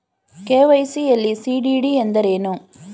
KYC ಯಲ್ಲಿ CDD ಎಂದರೇನು?